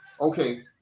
Okay